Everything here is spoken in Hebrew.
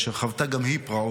אשר חוותה גם היא פרעות,